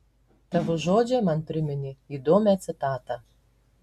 tavo žodžiai man priminė įdomią citatą